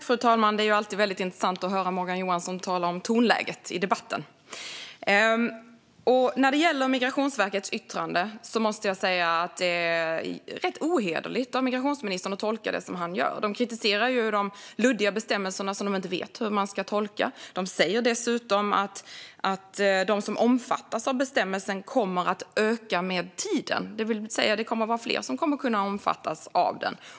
Fru talman! Det är alltid väldigt intressant att höra Morgan Johansson tala om tonläget i debatten. När det gäller Migrationsverkets yttrande måste jag säga att det är rätt ohederligt av migrationsministern att tolka det som han gör. De kritiserar ju de luddiga bestämmelserna, som de inte vet hur man ska tolka. De säger dessutom att de som omfattas av bestämmelsen kommer att öka med tiden, det vill säga att fler kommer att kunna omfattas av den.